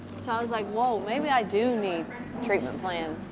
so i was like, whoa, maybe i do need treatment plan.